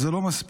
זה לא מספיק,